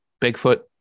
Bigfoot